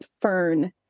Fern